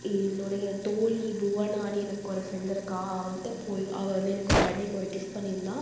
என்னுடைய தோழி புவனான்னு எனக்கொரு ஃபிரெண்டு இருக்கா அவள்கிட்ட போய் அவள் வந்து எனக்கொரு பர்ட்டேக்கு ஒரு கிஃப்ட் பண்ணிருந்தாள்